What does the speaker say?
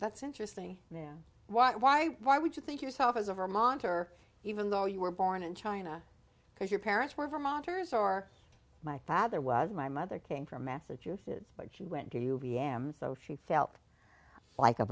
that's interesting yeah why why why would you think yourself as a vermonter even though you were born in china because your parents were vermonters or my father was my mother came from massachusetts but she went to you v m so she felt like a